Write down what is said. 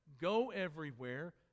go-everywhere